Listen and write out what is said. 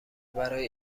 برای